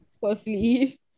Firstly